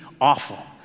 awful